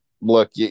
look